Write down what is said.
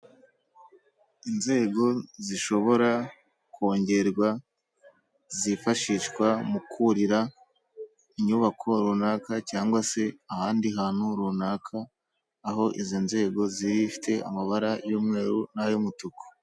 Inzego zishobora kongerwa zifashishwa mu kurira inyubako runaka cyangwa se ahandi hantu runaka, aho izi nzego zifite amabara y'umweru n'ayo umutuku.